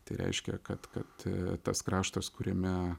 tai reiškia kad kad tas kraštas kuriame